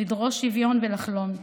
לדרוש שוויון ולחלום,